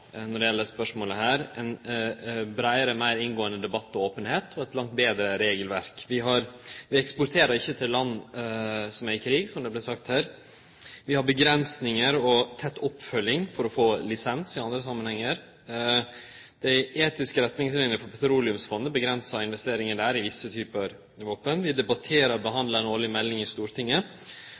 når det gjeld dette spørsmålet; breiare og meir inngåande debatt, openheit og eit langt betre regelverk. Vi eksporterer ikkje til land som er i krig, som er sagt før. Vi har avgrensingar og tett oppfølging for å få lisens i andre samanhengar. Dei etiske retningslinjene for petroleumsfondet avgrensar investeringane i visse typar våpen. Vi handsamar og debatterer ei årleg melding i Stortinget,